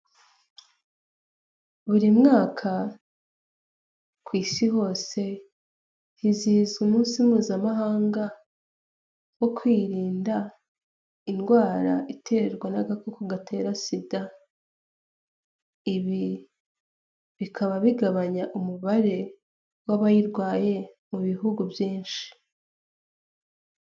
Buri mwaka ku isi hose hizihiza umunsi mpuzamahanga wo kwirinda indwara iterwa n'agakoko gatera sida. Ibi bikaba bigabanya umubare w'abayirwaye mu bihugu byinshi.